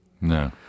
No